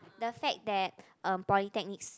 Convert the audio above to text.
the fact that um polytechnics